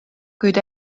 kuid